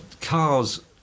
cars